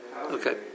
Okay